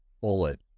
bullet